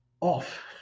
off